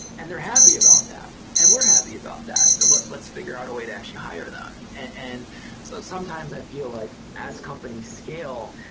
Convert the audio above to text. and they're happy about that, and we're happy about that. so but let's figure out a way to actually hire them. and so sometimes i feel like as companies scale,